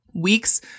Weeks